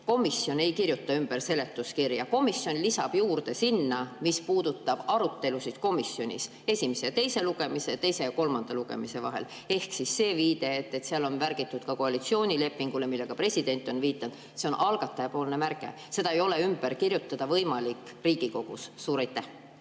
Komisjon ei kirjuta ümber seletuskirja, komisjon lisab juurde selle osa, mis puudutab arutelusid komisjonis esimese ja teise lugemise ning teise ja kolmanda lugemise vahel. Ehk see viide, et seal on märgitud ka koalitsioonileping, millele president on viidanud – see on algataja märge, seda ei ole võimalik ümber kirjutada Riigikogus. Suur